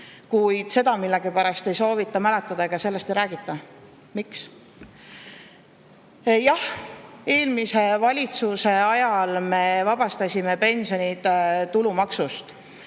Seda millegipärast ei soovita mäletada ja sellest ei räägita. Miks? Jah, eelmise valitsuse ajal me vabastasime pensionid tulumaksust.